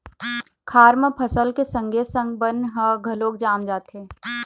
खार म फसल के संगे संग बन ह घलोक जाम जाथे